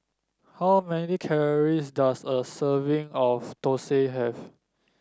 how many calories does a serving of thosai have